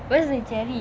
where's the jerry